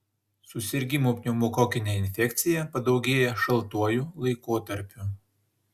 susirgimų pneumokokine infekcija padaugėja šaltuoju laikotarpiu